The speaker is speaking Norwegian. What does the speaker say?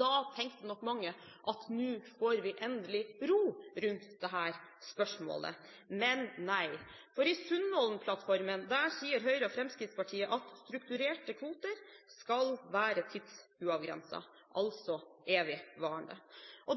Da tenkte nok mange at nå får vi endelig ro rundt dette spørsmålet. Men nei – i Sundvolden-plattformen sier Høyre og Fremskrittspartiet at «strukturerte kvoter skal være tidsubegrenset», altså evigvarende.